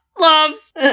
loves